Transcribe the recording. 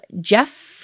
Jeff